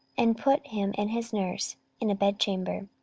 and put him and his nurse in a bedchamber.